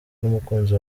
n’umukunzi